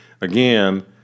again